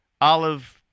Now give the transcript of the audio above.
olive